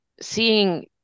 seeing